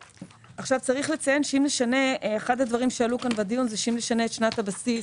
אחד הדברים שעלו כאן בדיון הוא שאם נשנה את שנת הבסיס